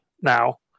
now